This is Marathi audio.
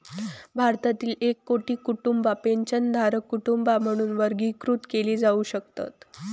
भारतातील एक कोटी कुटुंबा पेन्शनधारक कुटुंबा म्हणून वर्गीकृत केली जाऊ शकतत